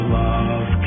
love